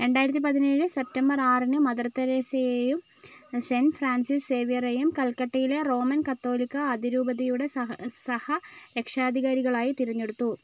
രണ്ടായിരത്തി പതിനേഴ് സെപ്റ്റംബർ ആറിന് മദർ തെരേസയെയും സെന്റ് ഫ്രാൻസിസ് സേവ്യറെയും കൽക്കട്ടയിലെ റോമൻ കത്തോലിക്ക അതിരൂപതയുടെ സഹ സഹ രക്ഷാധികാരികളായി തിരഞ്ഞെടുത്തു